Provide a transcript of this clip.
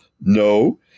No